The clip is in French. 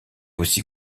aussi